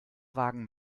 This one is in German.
wagen